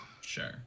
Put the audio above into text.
Sure